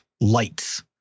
lights